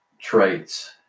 traits